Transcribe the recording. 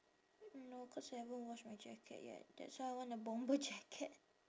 no cause I haven't wash my jacket yet that's why I want a bomber jacket